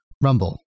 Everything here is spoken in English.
Rumble